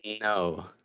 No